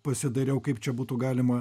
pasidariau kaip čia būtų galima